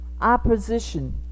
opposition